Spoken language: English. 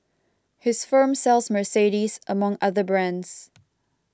his firm sells Mercedes among other brands